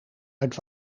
uit